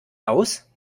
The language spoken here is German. aus